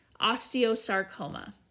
osteosarcoma